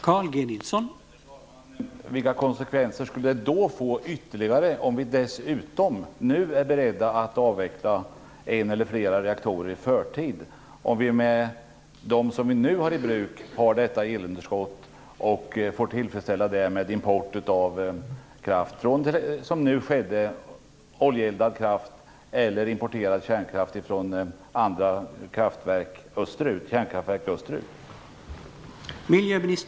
Herr talman! Vilka ytterligare konsekvenser blir det om vi nu dessutom är beredda att avveckla en eller två reaktorer i förtid - med tanke på att vi med de reaktorer som nu är i bruk har ett elunderskott som vi får möta med import av t.ex., som nu varit fallet, oljeeldad kraft eller kärnkraft från andra kärnkraftverk österut?